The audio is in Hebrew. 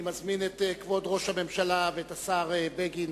אני מזמין את כבוד ראש הממשלה ואת השר בגין